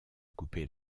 couper